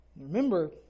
Remember